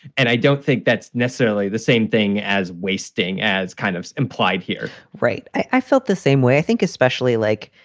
and i don't think that's necessarily the same thing as wasting as kind of implied here right. i felt the same way. i think especially like,